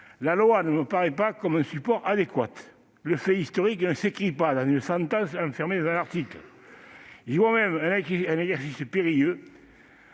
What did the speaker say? la loi ne m'apparaît pas comme un support adéquat. Le fait historique ne s'écrit pas dans une sentence enfermée dans un article. J'y vois même un exercice périlleux